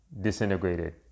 disintegrated